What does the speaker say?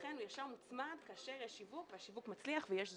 ולכן הוא ישר מוצמד כאשר יש שיווק והשיווק מצליח ויש זוכה.